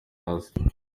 hasi